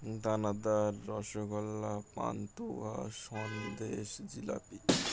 দানাদার রসগোল্লা পান্তুয়া সন্দেশ জিলাপি